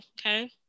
Okay